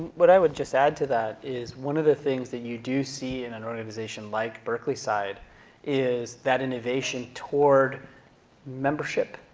but i would just add to that is one of the things that you do see in an organization like berkeleyside is that innovation toward membership,